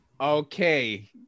okay